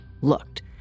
looked